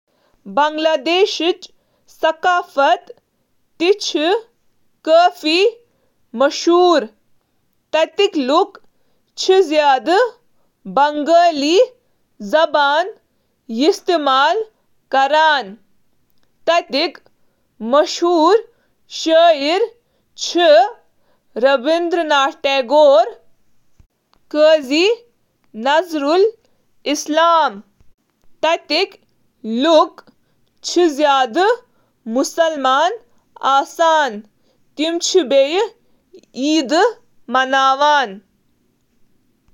بنگلہ دیشُک ثقافت چُھ متنوع تہٕ چُھ متعدد مذہبن، سمٲجی گروپن تہٕ تٲریخی دورن ہنٛد اثر و رسوخچ عکاسی کران: مذہب، صنفی کردار کھین ،بنگلہ دیشچ ثقافت چِھ بنگال خطہٕ کس ثقافتس سۭتۍ گہرائی سۭتۍ جُڑتھ۔ بنیٲدی طورس پیٹھ چُھ بنگالی ثقافت بنگلہ دیش کہِ ثقافتُک حوالہٕ دِوان۔